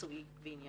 מקצועי וענייני.